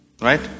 Right